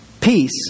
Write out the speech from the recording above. peace